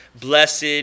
Blessed